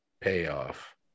payoff